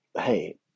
hey